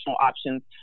options